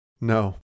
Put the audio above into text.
No